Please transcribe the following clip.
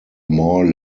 more